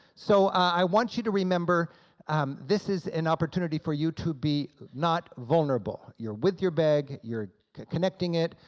so i want you to remember um this is an opportunity for you to be not vulnerable. you're with your bag, you're connecting it,